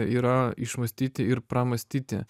yra išmąstyti ir pramąstyti